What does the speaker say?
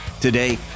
Today